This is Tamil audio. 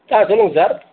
சார் சொல்லுங்கள் சார்